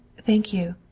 thank you.